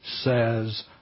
says